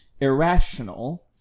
irrational